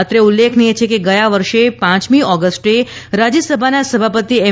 અત્રે ઉલ્લેખનીય છે કે ગયા વર્ષે પાંચ ઓગસ્ટે રાજ્યસભાના સભાપતિ એમ